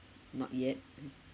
not yet